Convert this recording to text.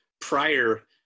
prior